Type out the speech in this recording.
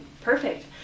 perfect